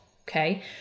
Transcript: Okay